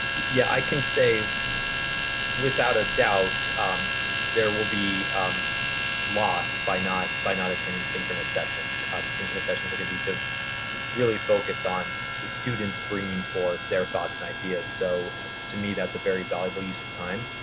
yeah. i can say without a doubt there will be loss by not by not attending synchronous sessions. synchronous sessions are gonna be really focused on the students bringing forth their thoughts and ideas. so to me that's a very valuable use of time.